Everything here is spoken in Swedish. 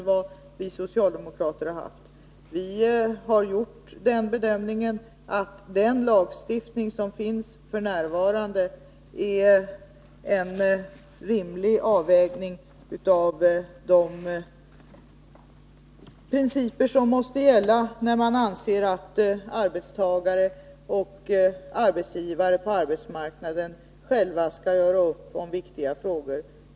Vi har gjort den bedömningen att den lagstiftning som finns f. n. är en rimlig avvägning av de principer som måste gälla när man anser att arbetstagare och arbetsgivare på arbetsmarknaden själva skall göra upp om viktiga frågor.